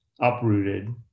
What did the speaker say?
uprooted